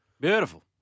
Beautiful